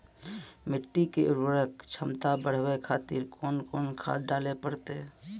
मिट्टी के उर्वरक छमता बढबय खातिर कोंन कोंन खाद डाले परतै?